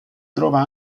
trova